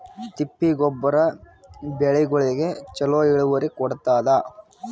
ತಿಪ್ಪಿ ಗೊಬ್ಬರ ಬೆಳಿಗೋಳಿಗಿ ಚಲೋ ಇಳುವರಿ ಕೊಡತಾದ?